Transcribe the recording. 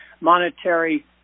monetary